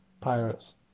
Pirates